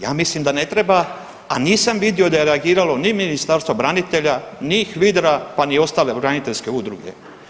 Ja mislim da ne treba, a nisam vidio da je reagiralo ni Ministarstvo branitelja, ni HVIDRA pa ni ostale braniteljske udruge.